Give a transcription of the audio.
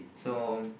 so